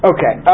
Okay